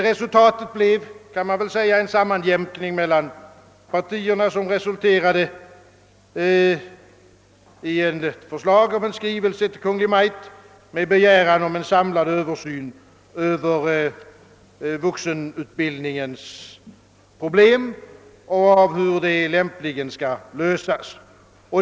Resultatet blev, kan man väl säga, en sammanjämkning mellan partierna, som resulterade i en hemställan att riksdagen i skrivelse till Kungl. Maj:t skulle begära en samlad översyn av vuxenutbildningens problem.